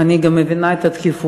אני גם מבינה את הדחיפות.